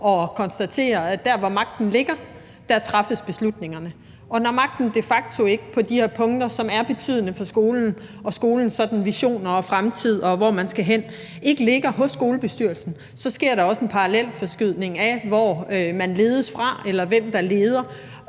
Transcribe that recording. og konstatere, at der, hvor magten ligger, træffes beslutningerne. Og når magten de facto på de her punkter, som er betydende for skolen og skolens visioner og fremtid, og hvor man skal hen, ikke ligger hos skolebestyrelsen, så sker der også en parallelforskydning af, hvor man ledes fra, eller hvem der leder.